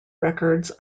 records